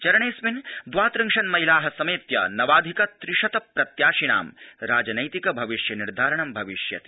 चरणेऽस्मिन् द्वात्रिंशन्महिला समेत्य नवाधिक त्रिशत प्रत्याशिनां राजनैतिक भविष्य निर्धारणं भविष्यति